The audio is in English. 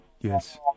Yes